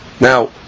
Now